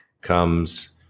comes